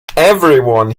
everyone